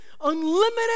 unlimited